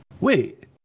wait